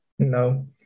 No